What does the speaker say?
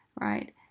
right